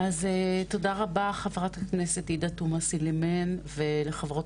אז תודה רבה חברת הכנסת עאידה תומא סלימאן ולחברות